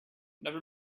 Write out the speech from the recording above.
never